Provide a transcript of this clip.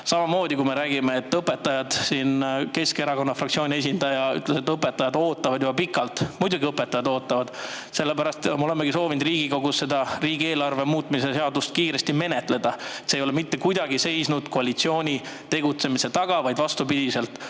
Samamoodi, me räägime sellest, et õpetajad ootavad – siin Keskerakonna fraktsiooni esindaja ütles, et õpetajad ootavad – juba pikalt. Muidugi õpetajad ootavad, sellepärast me olemegi soovinud Riigikogus seda riigieelarve muutmise seadust kiiresti menetleda. See ei ole aga mitte kuidagi seisnud koalitsiooni tegutsemise taga, vaid vastupidi,